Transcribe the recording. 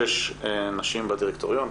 שש נשים בדירקטוריון.